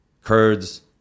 Kurds